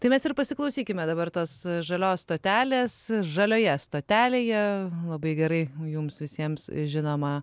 tai mes ir pasiklausykime dabar tos žalios stotelės žalioje stotelėje labai gerai jums visiems žinoma